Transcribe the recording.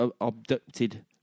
abducted